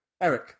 Eric